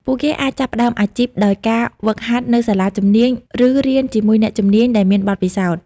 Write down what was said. ពួកគេអាចចាប់ផ្តើមអាជីពដោយការហ្វឹកហាត់នៅសាលាជំនាញ ឬរៀនជាមួយអ្នកជំនាញដែលមានបទពិសោធន៍។